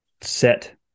set